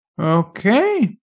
Okay